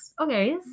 Okay